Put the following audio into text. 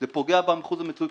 זה פוגע באחוז המיסוי,